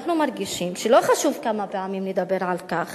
אנחנו מרגישים שלא חשוב כמה פעמים נדבר על כך